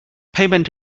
payment